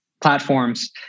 platforms